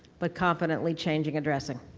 but competently changing a dressing?